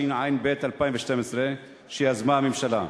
התשע"ב 2012, שיזמה הממשלה.